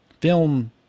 film